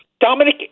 dominic